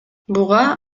буга